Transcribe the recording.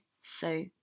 So